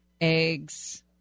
eggs